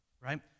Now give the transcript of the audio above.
right